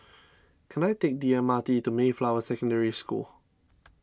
can I take the M R T to Mayflower Secondary School